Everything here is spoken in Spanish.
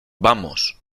vamos